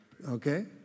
Okay